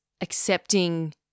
accepting